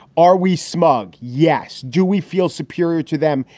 are we smug? yes. do we feel superior to them?